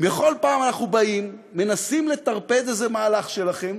בכל פעם אנחנו באים, מנסים לטרפד איזה מהלך שלכם,